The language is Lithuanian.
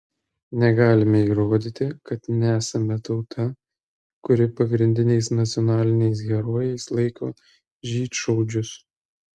negalime įrodyti kad nesame tauta kuri pagrindiniais nacionaliniais herojais laiko žydšaudžius